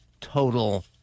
total